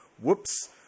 whoops